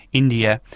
india.